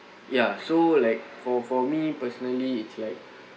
ya so like for for me personally it's like